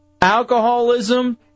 alcoholism